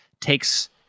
takes